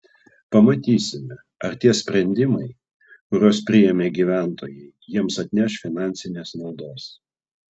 pamatysime ar tie sprendimai kuriuos priėmė gyventojai jiems atneš finansinės naudos